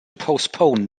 postpone